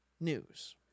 news